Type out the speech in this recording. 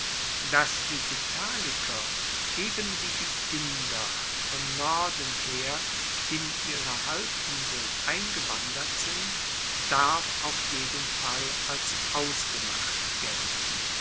dass die italiker eben wie die inder von norden her in ihre halbinsel eingewandert sind darf auf jeden fall als ausgemacht gelten